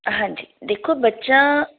ਹਾਂਜੀ ਦੇਖੋ ਬੱਚਾ